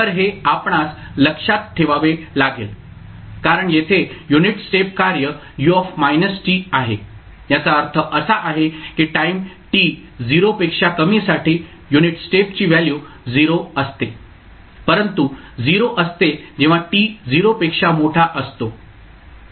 तर हे आपणास लक्षात ठेवावे लागेल कारण येथे युनिट स्टेप कार्य u आहे याचा अर्थ असा आहे की टाईम t 0 पेक्षा कमी साठी युनिट स्टेपची व्हॅल्यू 0 असते परंतु 0 असते जेव्हा t 0 पेक्षा मोठा असतो